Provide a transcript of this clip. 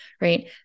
right